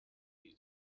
you